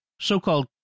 so-called